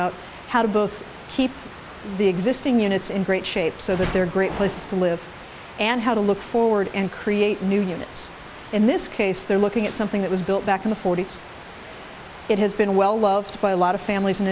out how to both keep the existing units in great shape so that they're great places to live and how to look forward and create new units in this case they're looking at something that was built back in the forty's it has been well loved by a lot of families and